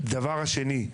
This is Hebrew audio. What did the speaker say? הדבר השני,